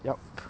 yup